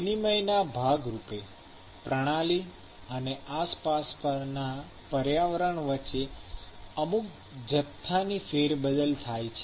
વિનિમયના ભાગરૂપે પ્રણાલી અને આસપાસના પર્યાવરણ વચ્ચે અમુક જથ્થા ની ફેરબદલ થાય છે